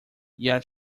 yet